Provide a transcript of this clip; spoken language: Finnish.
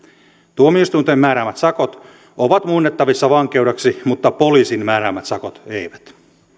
tuomioistuinten määräämät sakot ovat muunnettavissa vankeudeksi mutta poliisin määräämät sakot eivät